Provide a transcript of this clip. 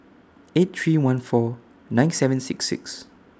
eight three one four nine seven six six